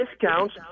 discounts